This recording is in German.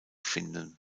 finden